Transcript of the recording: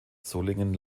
solingen